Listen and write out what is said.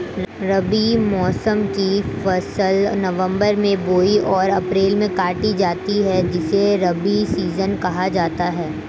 रबी मौसम की फसल नवंबर में बोई और अप्रैल में काटी जाती है जिसे रबी सीजन कहा जाता है